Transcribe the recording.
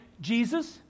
Jesus